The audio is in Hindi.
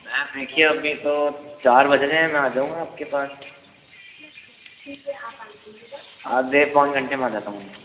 मेम देखिये अभी तो चार बज रहे हैं मैं आ जाऊंगा आपके पास ठीक है आधे पोन घंटे में आ जाता हूँ मैं